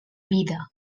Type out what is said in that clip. vida